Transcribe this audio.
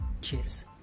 Cheers